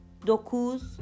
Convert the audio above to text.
dokuz